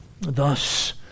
Thus